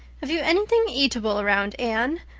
have you anything eatable around, anne?